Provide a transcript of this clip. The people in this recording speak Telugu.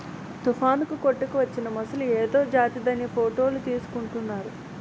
తుఫానుకు కొట్టుకువచ్చిన మొసలి ఏదో జాతిదని ఫోటోలు తీసుకుంటున్నారు